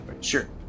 Sure